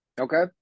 Okay